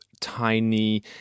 tiny